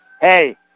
Hey